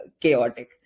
chaotic